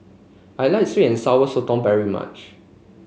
I like sweet and Sour Sotong very much